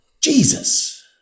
Jesus